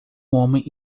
homem